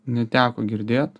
neteko girdėt